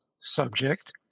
subject